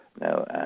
now